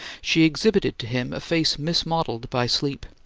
she exhibited to him a face mismodelled by sleep,